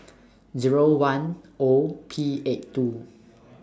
Zero one O P eight two